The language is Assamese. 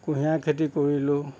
কুঁহিয়া খেতি কৰিলোঁ